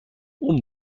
اون